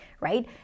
right